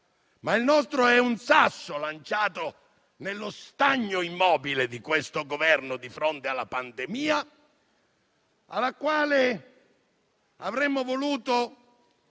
Ma il nostro è un sasso lanciato nello stagno immobile di questo Governo di fronte alla pandemia, del quale avremmo voluto